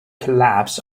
collapsed